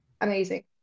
amazing